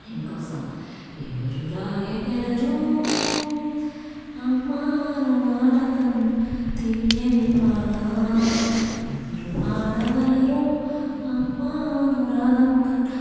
ఇంకో సాంగ్ ఎవరు రాయగలరూ అమ్మా అను మాటకన్న తియ్యని పాట ఎవరు పాడగలరు అమ్మా అనురాగం కన్న